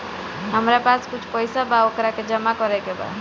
हमरा पास कुछ पईसा बा वोकरा के जमा करे के बा?